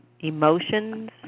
Emotions